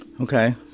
Okay